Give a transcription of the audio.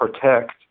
protect